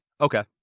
Okay